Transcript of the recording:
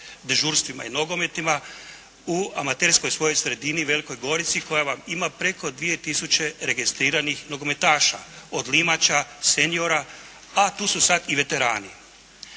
dežurstvima i nogometima u amaterskoj svojoj sredini Velikoj Gorici koja vam ima preko 2000 registriranih nogometaša – od limača, seniora, a tu su sad i veterani.